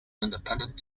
independent